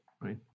right